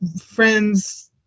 friends